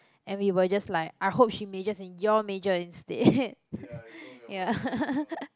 and we were just like I hope she majors in your major instead ya